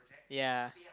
ya